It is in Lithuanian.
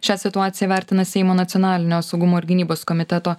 šią situaciją vertina seimo nacionalinio saugumo ir gynybos komiteto